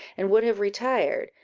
and would have retired,